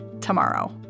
tomorrow